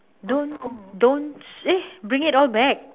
don't don't eh bring it all back